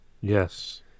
yes